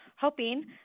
hoping